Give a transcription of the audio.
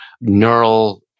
neural